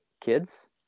kids